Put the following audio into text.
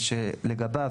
ושלגביו,